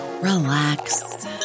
relax